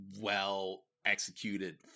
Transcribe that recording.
well-executed